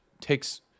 takes